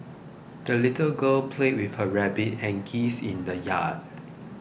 the little girl played with her rabbit and geese in the yard